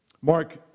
Mark